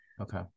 Okay